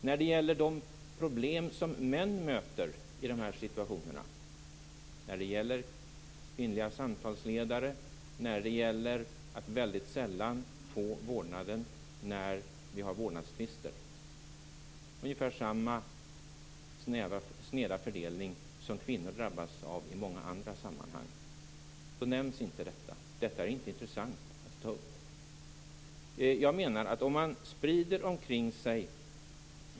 När det gäller de problem som män möter i de här situationerna - kvinnliga samtalsledare, att väldigt sällan få vårdnaden när vi har vårdnadstvister, ungefär samma sneda fördelning som kvinnor drabbas av i många andra sammanhang - nämns inte detta. Det är inte intressant att ta upp.